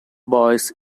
boys